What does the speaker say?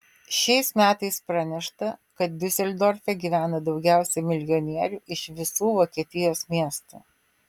šiais metais pranešta kad diuseldorfe gyvena daugiausiai milijonierių iš visų vokietijos miestų